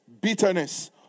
bitterness